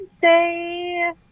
say